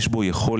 יש בו יכולת,